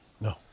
No